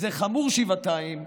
זה חמור שבעתיים,